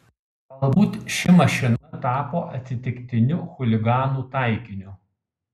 galbūt ši mašina tapo atsitiktiniu chuliganų taikiniu